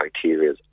criteria